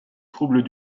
troubles